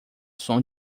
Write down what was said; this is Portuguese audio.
som